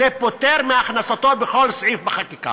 זה פוטר מהכנסתו בכל סעיף בחקיקה.